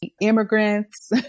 immigrants